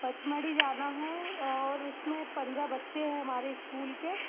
पचमढ़ी जाना है और उसमे पंद्रह बच्चे हैं हमारे स्कूल के